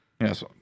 Yes